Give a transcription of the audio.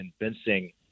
convincing